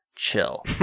chill